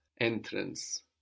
entrance